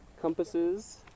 compasses